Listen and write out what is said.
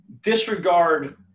disregard